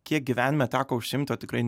kiek gyvenime teko užsiimt tuo tikrai